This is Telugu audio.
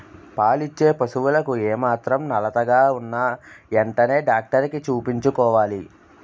పాలిచ్చే పశువులకు ఏమాత్రం నలతగా ఉన్నా ఎంటనే డాక్టరికి చూపించుకోవాలి